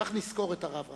כך נזכור את הרב רביץ,